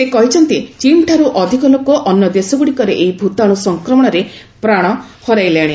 ସେ କହିଛନ୍ତି ଚୀନ୍ଠାରୁ ଅଧିକ ଲୋକ ଅନ୍ୟ ଦେଶଗୁଡ଼ିକରେ ଏହି ଭୂତାଣୁ ସଂକ୍ରମଣରେ ପ୍ରାଣ ହରାଇଲେଣି